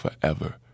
forever